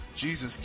Jesus